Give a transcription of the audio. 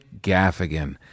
gaffigan